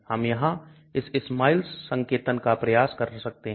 हम यहां इस SMILES संकेतन का प्रयास कर सकते हैं